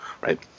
right